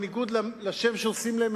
בניגוד לשם שעושים להם,